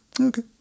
okay